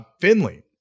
Finley